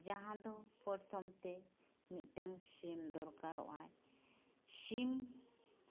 ᱡᱟᱦᱟᱸᱫᱚ ᱯᱚᱨᱛᱷᱚᱢᱛᱮ ᱢᱤᱫᱴᱟᱝ ᱥᱤᱢ ᱫᱚᱨᱠᱟᱨᱚᱜᱼᱟᱭ ᱥᱤᱢ